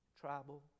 tribal